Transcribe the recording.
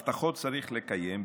הבטחות צריך לקיים,